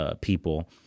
people